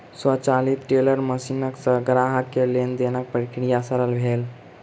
स्वचालित teller machine सॅ ग्राहक के लेन देनक प्रक्रिया सरल भेल